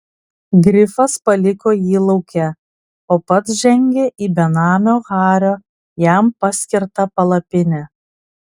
grifas paliko jį lauke o pats žengė į benamio hario jam paskirtą palapinę